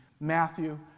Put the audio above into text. Matthew